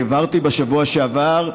העברתי בשבוע שעבר,